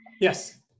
Yes